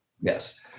Yes